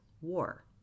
war